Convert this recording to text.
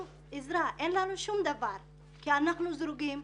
עזרה ואין לנו שום דבר כי אנחנו זרוקים.